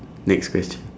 next question